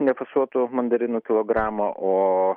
nefasuotų mandarinų kilogramą o